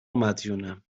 مدیونم